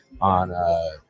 on